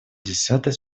десятой